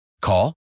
Call